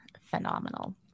phenomenal